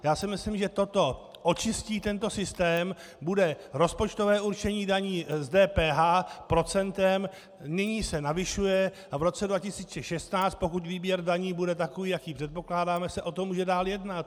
Já si myslím, že toto očistí tento systém, bude rozpočtové určení daní z DPH procentem, nyní se navyšuje a v roce 2016, pokud výběr daní bude takový, jaký předpokládáme, se o tom může dál jednat.